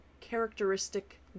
characteristic